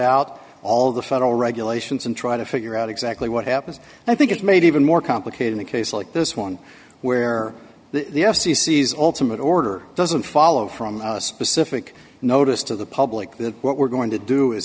out all the federal regulations and try to figure out exactly what happens i think it's made even more complicated in a case like this one where the f c c is ultimately order doesn't follow from a specific notice to the public that what we're going to do is